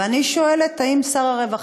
ואני שואלת: האם שר הרווחה,